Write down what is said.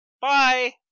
Bye